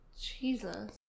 Jesus